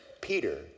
Peter